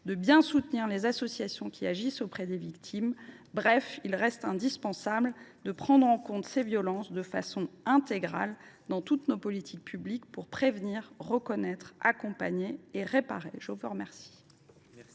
de bien soutenir les associations qui agissent auprès des victimes, bref de prendre en compte ces violences de façon intégrale, dans toutes nos politiques publiques, afin de prévenir, reconnaître, accompagner et réparer. La parole